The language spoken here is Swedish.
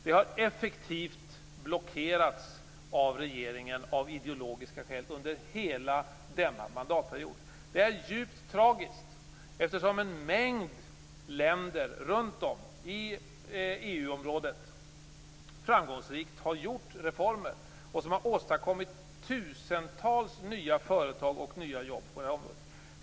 Det har av ideologiska skäl effektivt blockerats av regeringen under hela denna mandatperiod. Det är djupt tragiskt, eftersom en mängd länder runt om i EU-området framgångsrikt har genomfört reformer som har åstadkommit tusentals nya företag och nya jobb på detta område.